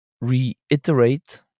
reiterate